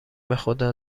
بخدا